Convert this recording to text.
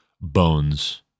bones